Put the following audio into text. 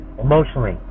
emotionally